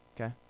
Okay